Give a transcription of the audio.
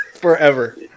forever